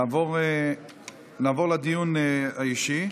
נעבור לדיון האישי.